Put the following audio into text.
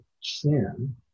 sin